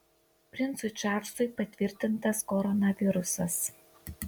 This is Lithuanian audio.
princui čarlzui patvirtintas koronavirusas